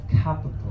Capital